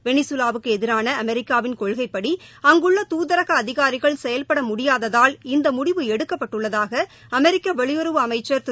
வெளிகவாவுக்கு எதிரான அமெரிக்காவின் கொள்கைப்படி அங்குள்ள துதரக அதிகாரிகள் செயல்பட முடியாததால் இந்த முடிவு எடுக்கப்பட்டுள்ளதாக அமெரிக்க வெளியுறவு அமைச்ச் திரு